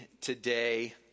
today